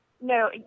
No